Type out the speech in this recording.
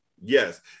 yes